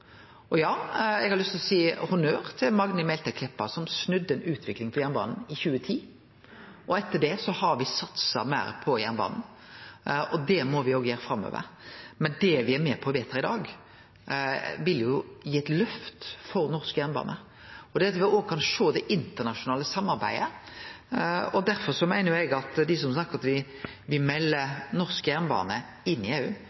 Eg har lyst til å gi honnør til Magnhild Meltveit Kleppa, som snudde utviklinga på jernbanen i 2010. Etter det har me satsa meir på jernbanen, og det må me òg gjere framover. Det me er med på å vedta i dag, vil gi eit løft for norsk jernbane – det at me òg kan sjå det internasjonale samarbeidet. Derfor meiner eg at dei som snakkar om at me melder norsk jernbane inn i EU,